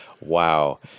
Wow